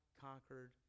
conquered